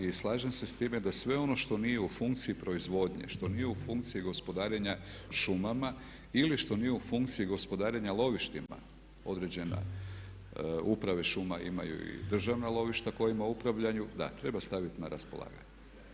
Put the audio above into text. I slažem se sa time da sve ono što nije u funkciji proizvodnje, što nije u funkciji gospodarenja šumama ili što nije u funkciji gospodarenja lovištima, određena uprave šuma imaju i državna lovišta kojima upravljaju, da, treba staviti na raspolaganje.